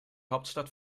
hauptstadt